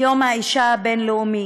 יום האישה הבין-לאומי: